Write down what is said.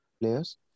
players